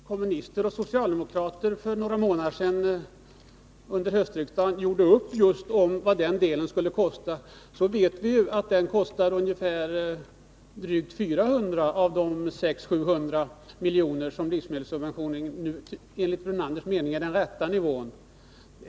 Herr talman! Eftersom kommunister och socialdemokrater för några månader sedan, under höstriksdagen, gjorde upp just om vad den höjda momsen på baslivsmedlen skulle kosta vet vi att den kostar drygt 400 av de 600 å 700 miljoner som livsmedelssubventionen då höjdes med och som enligt Lennart Brunanders mening är den rätta nivån.